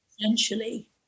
essentially